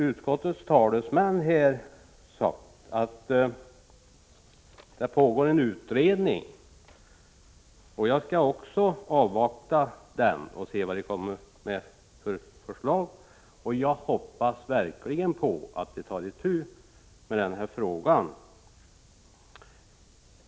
Utskottets talesmän har sagt att det pågår en utredning, och även jag skall avvakta den och se vad den kommer med för förslag. Jag hoppas verkligen att den tar itu med den här frågan.